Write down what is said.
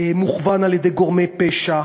מוכוון על-ידי גורמי פשע,